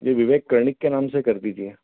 जी विवेक कर्निक के नाम से कर दीजिए